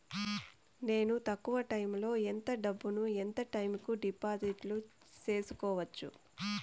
నేను తక్కువ టైములో ఎంత డబ్బును ఎంత టైము కు డిపాజిట్లు సేసుకోవచ్చు?